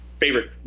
favorite